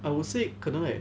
I would say 可能 like